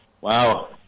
wow